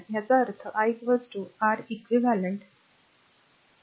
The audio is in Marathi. येथून r i r v Req याचा अर्थ r i R eq r R1 R2